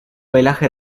pelaje